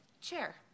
chair